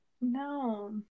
No